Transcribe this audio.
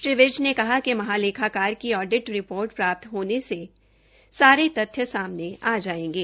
श्री विज ने कहा कि महालेखाकार की ऑडिट रिपोर्ट प्राप्त होने से भी सारे तथ्य सामने आ जायेंगे